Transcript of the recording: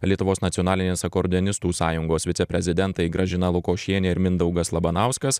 lietuvos nacionalinės akordeonistų sąjungos viceprezidentai gražina lukošienė ir mindaugas labanauskas